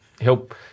help